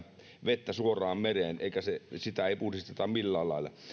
vettä suoraan mereen eikä sitä puhdisteta millään lailla